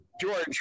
George